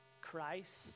Christ